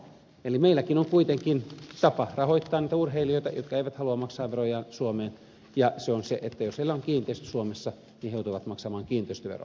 eli meilläkin on kuitenkin tapa verottaa niitä urheilijoita jotka eivät halua maksa verojaan suomeen ja se on se että jos heillä kiinteistö suomessa niin he joutuvat maksamaan kiinteistöveroa